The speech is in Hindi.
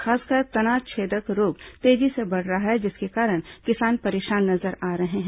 खासकर तना छेदक रोग तेजी से बढ़ रहा है जिसके कारण किसान परेशान नजर आ रहे हैं